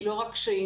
היא לא רק קשיים.